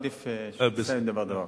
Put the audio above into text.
עדיף, בסדר.